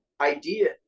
idea